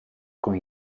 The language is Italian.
con